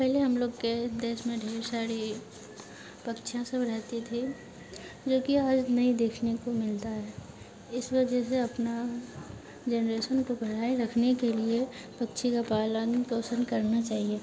पहले हम लोग के देश में ढेर सारी पक्षियाँ सब रहती थी जोकि आज नहीं देखने को मिलता है इस वजह से अपना जनरेसन को बनाए रखने के लिए पक्षी का पालन पोषण करना चाहिए